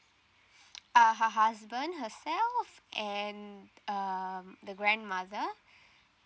uh her husband herself and um the grandmother